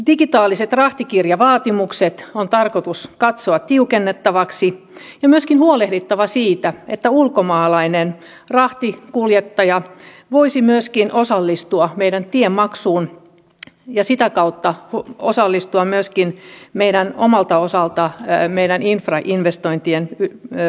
digitaaliset rahtikirjavaatimukset on tarkoitus katsoa tiukennettaviksi ja myöskin on huolehdittava siitä että myöskin ulkomaalainen rahtikuljettaja voisi osallistua meidän tiemaksuun ja sitä kautta osallistua omalta osaltaan meidän infrainvestointeihin vaikuttamiseen